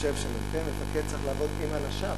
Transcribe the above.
אני חושב שמ"פ, מפקד, צריך לעבוד עם אנשיו,